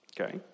Okay